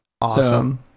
awesome